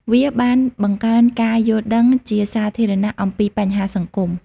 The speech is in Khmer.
វាបានបង្កើនការយល់ដឹងជាសាធារណៈអំពីបញ្ហាសង្គម។